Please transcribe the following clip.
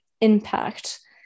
impact